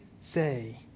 say